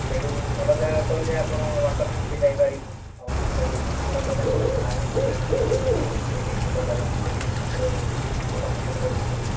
ସେଉଟୁ ଭଲ ଜାଗା କହିଲେ ଆପଣଙ୍କ ୱାଟର୍ ପୁଲ୍ ବି ଯାଇପାରିବେ ଆଉ ସେଉଠୁ ମନ୍ଦିର କହିଲେ ଆମର ନାଇଡ଼ୁ ମନ୍ଦିର ବି ଅଛି ସେଇଠି ଭଲଜାଗା ସେଇଠି ମନ୍ଦିର ଭଲ ମନ୍ଦିରଟେ ଅଛି ସେଠି